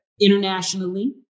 internationally